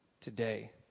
today